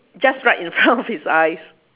just right in front of his eyes